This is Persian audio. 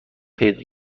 پیدا